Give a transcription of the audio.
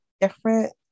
different